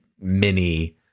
mini